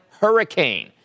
hurricane